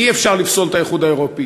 אי-אפשר לפסול את האיחוד האירופי.